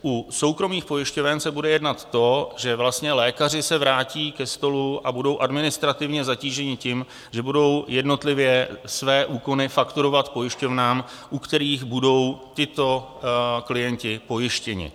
U soukromých pojišťoven se bude jednat to, že lékaři se vrátí ke stolu a budou administrativně zatíženi tím, že budou jednotlivě své úkony fakturovat pojišťovnám, u kterých budou tito klienti pojištěni.